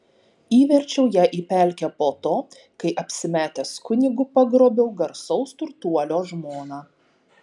įverčiau ją į pelkę po to kai apsimetęs kunigu pagrobiau garsaus turtuolio žmoną